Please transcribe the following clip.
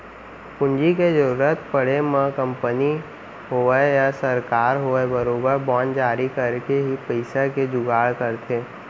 पूंजी के जरुरत पड़े म कंपनी होवय या सरकार होवय बरोबर बांड जारी करके ही पइसा के जुगाड़ करथे